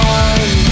one